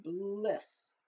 bliss